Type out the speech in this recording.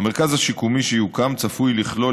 המרכז השיקומי שיוקם צפוי לכלול,